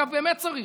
אגב, באמת צריך.